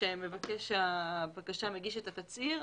כשמבקש הבקשה מגיש את התצהיר,